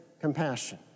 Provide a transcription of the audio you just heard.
compassion